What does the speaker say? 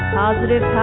positive